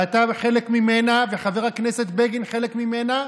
ואתה חלק ממנה, וחבר הכנסת בגין חלק ממנה,